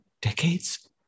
decades